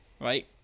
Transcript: right